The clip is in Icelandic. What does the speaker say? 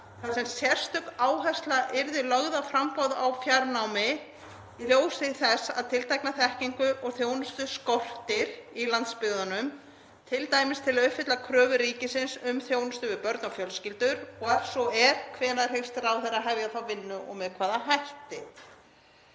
þar sem sérstök áhersla yrði lögð á framboð á fjarnámi í ljósi þess að tiltekna þekkingu og þjónustu skortir í landsbyggðunum, t.d. til að uppfylla kröfur ríkisins um þjónustu við börn og fjölskyldur? Og ef svo er, hvenær hyggst ráðherra hefja þá vinnu og með hvaða hætti?